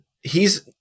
He's-